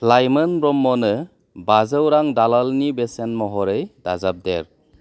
लाइमोन ब्रह्मनो बाजौ रां दालालनि बेसेन महरै दाजाबदेर